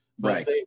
Right